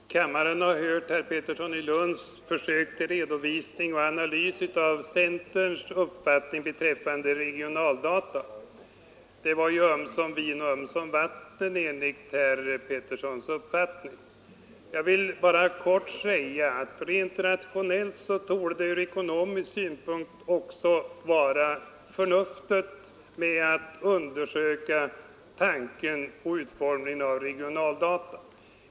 Herr talman! Kammaren har hört herr Petterssons i Lund försök till redovisning och analys av centerns uppfattning beträffande regionaldata. Det var ömsom vin och ömsom vatten enligt herr Petterssons uppfattning. Jag vill bara i korthet säga att rent rationellt torde det ur ekonomisk synpunkt vara riktigt att undersöka tanken på och utformningen av regionaldata.